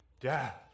death